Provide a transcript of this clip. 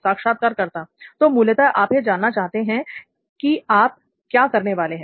साक्षात्कारकर्ता तो मूलतः आप यह जानना चाहते हैं कि आप क्या करने वाले हैं